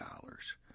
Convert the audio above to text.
dollars